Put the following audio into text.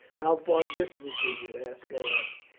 how far distant is it? aska asked.